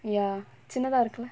ya சின்னதா இருக்குல:chinnathaa irukkula